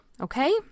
Okay